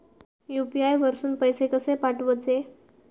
UPI वरसून पैसे कसे पाठवचे?